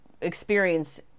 experience